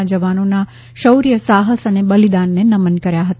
ના જવાનોના શૌર્ય સાહસ અને બલિદાનને નમન કર્યા હતા